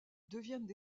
deviennent